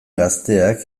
gazteak